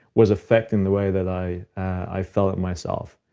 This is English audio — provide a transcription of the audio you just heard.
was affecting the way that i i felt myself.